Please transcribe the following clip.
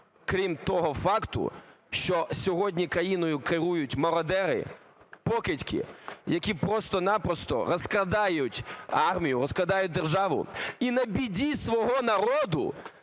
крім того факту, що сьогодні країною керують мародери, покидьки, які просто-на-просто розкрадають армію, розкрадають державу і на біді свого народу,